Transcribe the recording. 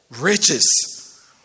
Riches